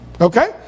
Okay